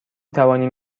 توانیم